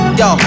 yo